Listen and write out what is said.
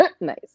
Nice